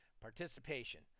Participation